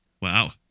wow